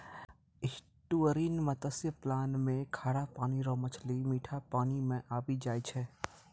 estuarine मत्स्य पालन मे खारा पानी रो मछली मीठा पानी मे आबी जाय छै